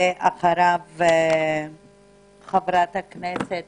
חבר הכנסת